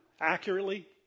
accurately